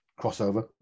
crossover